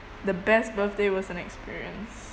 the best birthday was an experience